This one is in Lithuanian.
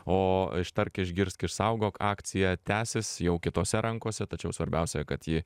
o ištark išgirsk išsaugok akcija tęsis jau kitose rankose tačiau svarbiausia kad ji